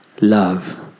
Love